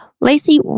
Lacey